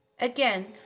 Again